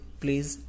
please